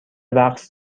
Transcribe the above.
رقص